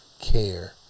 care